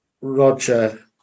Roger